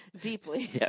deeply